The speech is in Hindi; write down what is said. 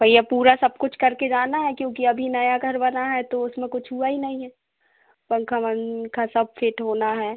भैया पूरा सब कुछ करके जाना है क्योंकि अभी नया घर बना है तो उसमें कुछ हुआ ही नहीं है पंखा वंखा सब फ़िट होना है